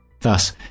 Thus